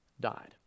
died